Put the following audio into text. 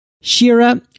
Shira